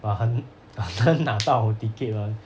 but 很 很难拿到 ticket mah